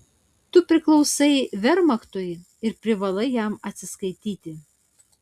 tu priklausai vermachtui ir privalai jam atsiskaityti